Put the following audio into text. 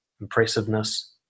impressiveness